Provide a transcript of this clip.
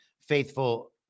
faithful